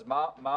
אז מה הציפייה?